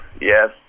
yes